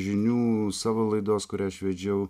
žinių savo laidos kurią aš vedžiau